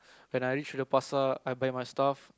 when I reach the pasar I buy my stuff